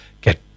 get